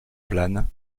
plane